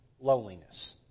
loneliness